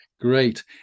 Great